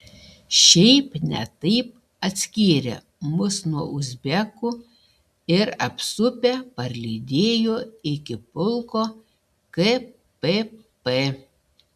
šiaip ne taip atskyrė mus nuo uzbekų ir apsupę parlydėjo iki pulko kpp